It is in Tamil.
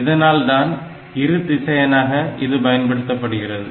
இதனால்தான் இரு திசையனாக இது பயன்படுத்தப்படுகிறது